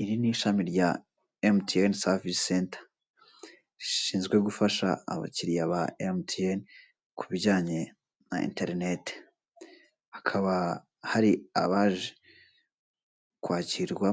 Iri ni ishami rya emutiyeni savisi senta rishinzwe gufasha abakiliya ba emutiyene ku bijyanye na interinete, hakaba hari abaje kwakirwa,